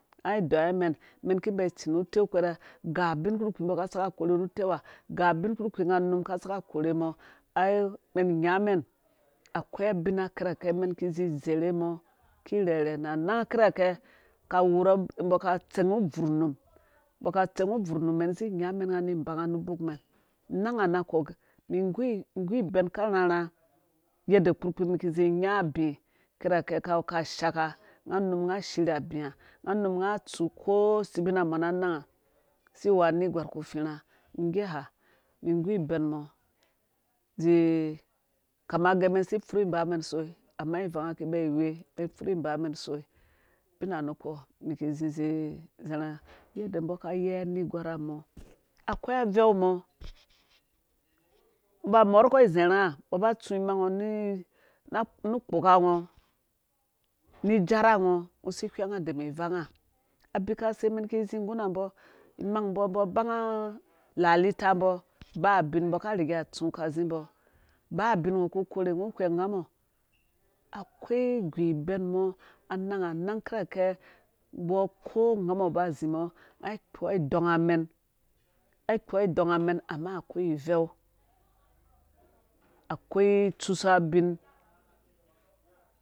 Ai ideyiwa umɛn umɛn ki inba itsi ru uteu ukpɛrɛ ga ubin kpurkpi umbɔ aka isaka akore ru uteu ha ga ubiw kpurkpi unga unum ka saka akore. mɔ ai umɛn inyamɛn akoi abin akirake umɛn ki izi izerhe mɔ kirhɛirhɛ nu aaaanang kirakɛ ka wura umbɔ ka atsɛng ru ubvurh num umbɔ aka atsɛng ru ubvurh num umɛn izi inyamɛn unga ni in banga nu ubokmɛn anang ha nakɔ umum igu ibɛn karha rha yede kpurkpi umum ki izi inya abi kirakɛ kawu kashaka unga unum unya shirya abi a unga unum unga tsu kosebina mɔ na ananga siwea unegwar ku ufirha ngge ha umum ingu ibɛn mɔ zi kama gɛ umɛn isi ipfuri inba soi ama ivanga kiba iwe umen ipfuri inbamɛn usoi ubina nukpɔ umum ki izi izi izarha yede umbɔ ka yei anegwar mɔ akoi aveu mɔ ungo uba umɔrkɔ iza rha umbɔ ba atsungo nu ukpoka ngoni ijarango ungo si ihɛngngo dem ivanga abikasei umɛn ki izi ngguna umbɔ imangumbɔ umbɔ abanga alalitambɔ baa bin umbɔ kariya atsu kazimbɔ baa bin ungo ku ikore ungo whwɛng ungamɔ akoi igu ibɛn mɔ ananga anang kirakɛ umbɔ ko ungamɔ ba azi mɔ unga ikpoa idɔng amɛn aikpoa idɔngamɛn ama akoi ivɛu akoi itsusa abin